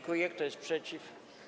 Kto jest przeciw?